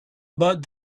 but